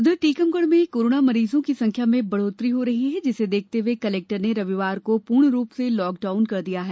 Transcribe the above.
उधर टीकमगढ़ में कोरोना मरीजों की संख्या में बढ़ोतरी हो रही है जिसे देखते हुए कलेक्टर ने रविवार को पुर्ण रूप से लाक डाउन कर दिया है